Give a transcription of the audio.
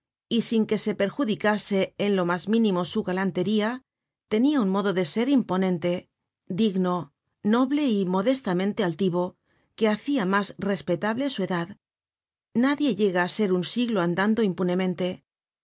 y sin que se perjudicase en lo mas mínimo su galantería tenia un modo de ser imponente digno noble y modestamente altivo que hacia mas respetable su edad nadie llega á ser un siglo andando impunemente